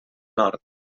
nord